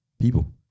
people